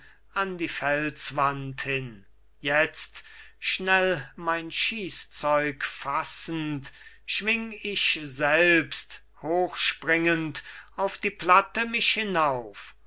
an die felswand hin jetzt schnell mein schiesszeug fassend schwing ich selbst hochspringend auf die platte mich hinauf